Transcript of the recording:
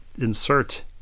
insert